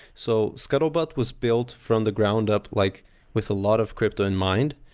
so scuttlebutt was built from the ground up like with a lot of crypto in mind.